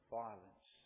violence